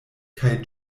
kaj